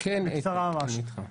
בקצרה ממש.